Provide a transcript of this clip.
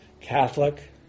Catholic